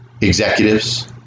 executives